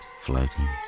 floating